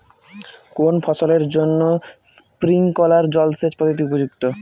কোন ফসলের জন্য স্প্রিংকলার জলসেচ পদ্ধতি উপযুক্ত?